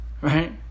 Right